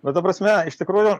bet ta prasme iš tikrųjų